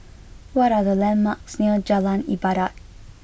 what are the landmarks near Jalan Ibadat